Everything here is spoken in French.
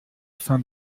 fin